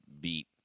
beat